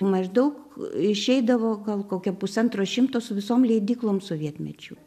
maždaug išeidavo gal kokia pusantro šimto su visom leidyklom sovietmečiu